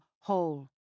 whole